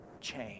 change